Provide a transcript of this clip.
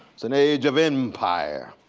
it's an age of empire.